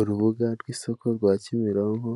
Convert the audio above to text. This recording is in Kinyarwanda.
Urubuga rw'isoko rwa Kimironko,